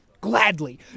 Gladly